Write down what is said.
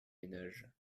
ménages